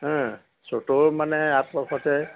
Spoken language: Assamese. হা চ'তৰ মানে আগ বৰ্ষতে